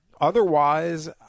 Otherwise